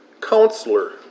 counselor